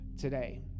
today